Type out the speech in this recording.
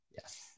Yes